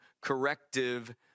corrective